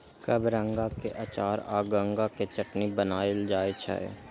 कबरंगा के अचार आ गंगा के चटनी बनाएल जाइ छै